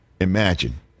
imagine